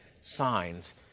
signs